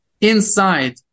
inside